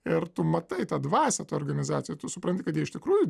ir tu matai tą dvasią tų organizacijų tu supranti kad jie iš tikrųjų